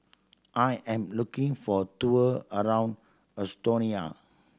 I am looking for a tour around Estonia